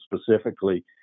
specifically